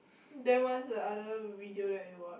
then what's the other video that you watch